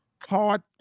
Hard